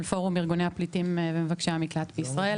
פורום ארגוני הפליטים ומבקשי המקלט בישראל,